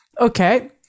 Okay